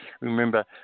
Remember